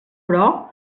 però